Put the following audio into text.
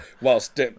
whilst